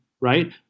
right